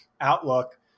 outlook